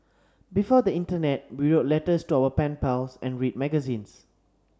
before the internet we wrote letters to our pen pals and read magazines